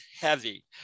heavy